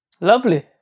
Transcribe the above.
lovely